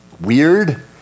weird